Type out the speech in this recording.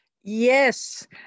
Yes